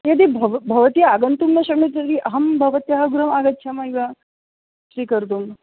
यदि भव भवती आगन्तुं न शक्नोमि तर्हि अहं भवत्याः गृहम् आगच्छामि वा स्वीकर्तुम्